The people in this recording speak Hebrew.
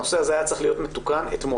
הנושא הזה היה צריך להיות מתוקן אתמול.